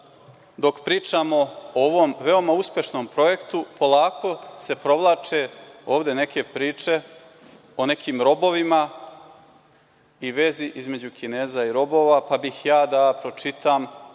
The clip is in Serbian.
dok pričamo o ovom veoma uspešnom projektu, polako se provlače ovde neke priče o nekim robovima i vezi između Kineza i robova. Pa, bih ja da pročitam